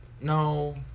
No